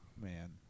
Man